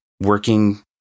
working